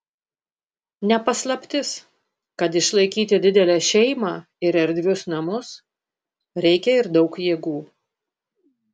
ne paslaptis kad išlaikyti didelę šeimą ir erdvius namus reikia ir daug jėgų